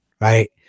Right